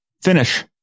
finish